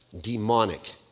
demonic